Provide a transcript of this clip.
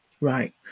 right